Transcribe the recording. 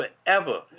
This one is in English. forever